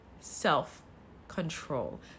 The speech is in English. self-control